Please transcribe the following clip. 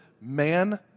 man